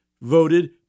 voted